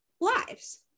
lives